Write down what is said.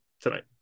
tonight